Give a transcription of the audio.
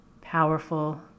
powerful